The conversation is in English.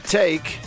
take